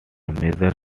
major